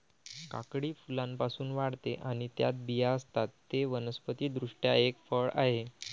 काकडी फुलांपासून वाढते आणि त्यात बिया असतात, ते वनस्पति दृष्ट्या एक फळ आहे